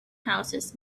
houses